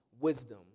wisdom